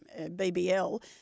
BBL